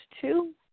two